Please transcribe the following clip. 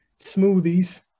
smoothies